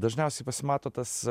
dažniausiai pasimato tas